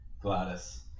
Gladys